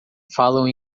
falam